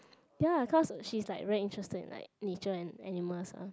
ya cause she's like very interested in like nature and animals eh